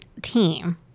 team